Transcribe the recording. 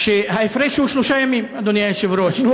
שההפרש הוא שלושה ימים, אדוני היושב-ראש.